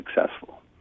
successful